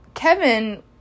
Kevin